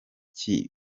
iki